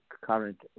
current